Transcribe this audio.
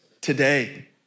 Today